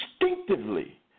instinctively